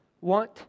want